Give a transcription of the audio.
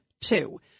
two